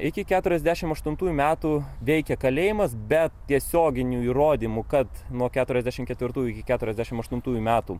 iki keturiasdešimt aštuntųjų metų veikė kalėjimas bet tiesioginių įrodymų kad nuo keturiasdešimt ketvirtųjų iki keturiasdešimt aštuntųjų metų